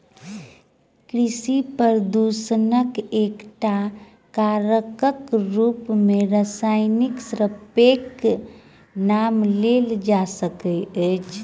कृषि प्रदूषणक एकटा कारकक रूप मे रासायनिक स्प्रेक नाम लेल जा सकैत अछि